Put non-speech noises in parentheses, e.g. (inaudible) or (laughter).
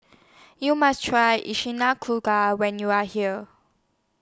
YOU must Try (unintelligible) when YOU Are here